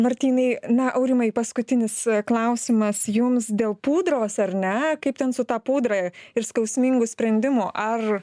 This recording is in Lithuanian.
martynai na aurimai paskutinis klausimas jums dėl pudros ar ne kaip ten su ta pudra ir skausmingu sprendimų ar